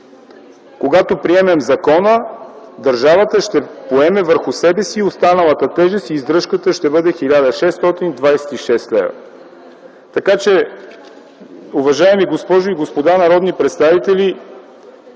Когато приемем закона, държавата ще поеме върху себе си и останалата тежест и издръжката ще бъде 1626 лв. Уважаеми госпожи и господа народни представители,